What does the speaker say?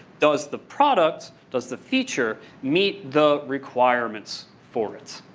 does the product does the feature meet the requirements for it?